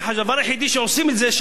הדבר היחידי שבשלו עושים את זה,